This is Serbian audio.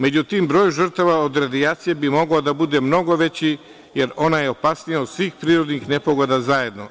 Među tim broj žrtava od radijacije bi mogao da bude mnogo veći, jer je ona opasnija od svih prirodnih nepogoda zajedno.